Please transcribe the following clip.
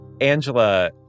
angela